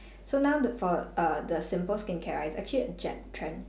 so now the for err the simple skincare right is actually a jap trend